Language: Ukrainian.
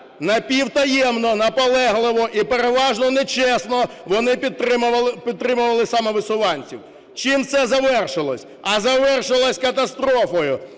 напівтаємно, наполегливо, і переважно нечесно, вони підтримували самовисуванців. Чим це завершилося? А завершилося катастрофою: